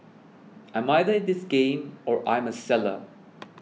I'm either in this game or I'm a seller